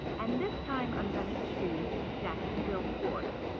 and this time i'm going to choose jacksonville, florida.